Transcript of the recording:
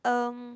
um